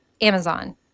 Amazon